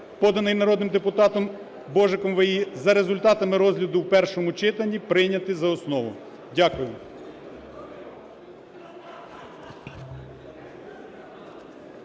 поданий народним депутатом Божиком В.І., за результатами розгляду в першому читанні прийняти за основу. Дякую.